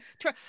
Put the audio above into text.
try